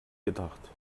gedacht